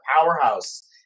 powerhouse